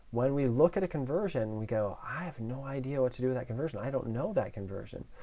when we look at a conversion, we go, i have no idea what to do with that conversion. i don't know that conversion.